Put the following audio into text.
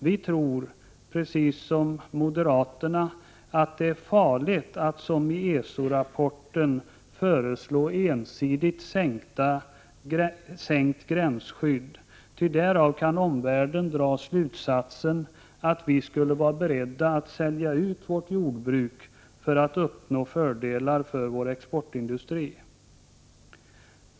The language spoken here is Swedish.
Vi tror, precis som moderaterna, att det är farligt att, som det föreslås i ESO-rapporten, ensidigt sänka vårt gränsskydd, ty därav kan omvärlden dra slutsatsen att vi skulle vara beredda att sälja ut vårt jordbruk för att uppnå fördelar för vår exportindustri.